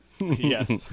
yes